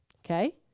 Okay